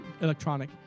electronic